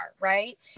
Right